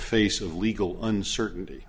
face of legal uncertainty